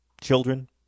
children